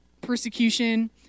persecution